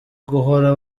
guhora